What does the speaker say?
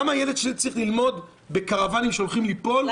למה הילד שלי צריך ללמוד בקרוונים שהולכים ליפול וילד ---?